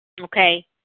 Okay